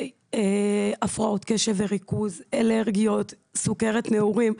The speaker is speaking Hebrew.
בהפרעות קשב וריכוז, אלרגיות, סכרת נעורים,